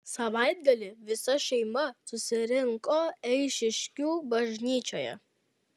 savaitgalį visa šeima susirinko eišiškių bažnyčioje